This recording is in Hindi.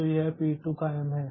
तो यह पी 2 कायम है